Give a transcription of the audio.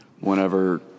whenever